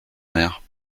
mère